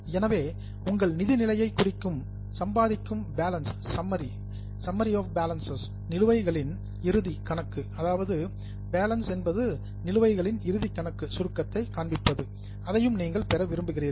எனவே உங்கள் நிதி நிலையை குறிக்கும் சம்பாதிக்கும் பேலன்ஸ் சம்மரி ஆப் பேலன்ஸ் நிலுவைகளின் இறுதி கணக்கு சுருக்கத்தை நீங்கள் பெற விரும்புகிறீர்கள்